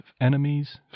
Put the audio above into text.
enemies